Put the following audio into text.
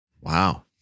Wow